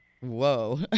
Whoa